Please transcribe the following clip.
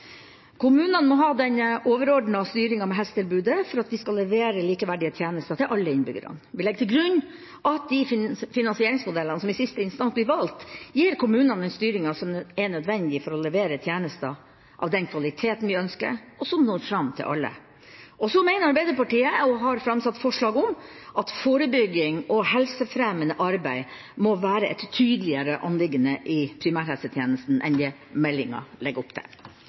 Kommunene må ha den overordnede styringa med helsetilbudet for at vi skal levere likeverdige tjenester til alle innbyggerne. Vi legger til grunn at de finansieringsmodellene som i siste instans blir valgt, gir kommunene den styringa som er nødvendig for å levere tjenester med den kvaliteten vi ønsker, og som når fram til alle. Og så mener Arbeiderpartiet, og har framsatt forslag om, at forebygging og helsefremmende arbeid må være et tydeligere anliggende i primærhelsetjenesten enn det meldinga legger opp til.